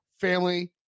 family